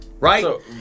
Right